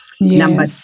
number